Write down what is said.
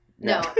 No